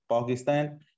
Pakistan